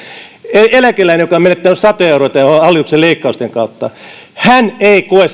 eläkeläinen joka on menettänyt satoja euroja tämän hallituksen leikkausten kautta ei koe